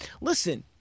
Listen